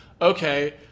okay